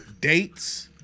dates